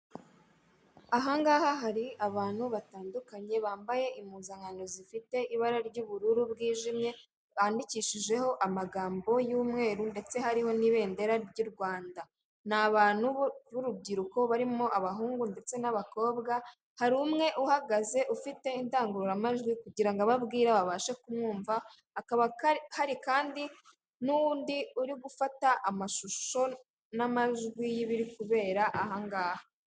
Ahangaha hari abantu batandukanye bambaye impuzankano zifite ibara ry'ubururu bwijimye bandikishijeho amagambo y'umweru, ndetse hariho n'ibendera ry'u Rwanda. Ni abantu b'urubyiruko barimo abahungu ndetse n'abakobwa, hari umwe uhagaze ufite indangururamajwi kugira ababwira babashe kumwumvaba hakaba hari kandi n'undi uri gufata amashusho n'amajwi y'ibiri kubera ahangaha.